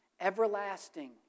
everlasting